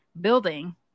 building